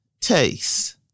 taste